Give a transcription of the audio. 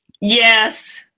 Yes